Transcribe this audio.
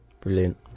Brilliant